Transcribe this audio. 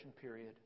period